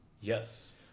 Yes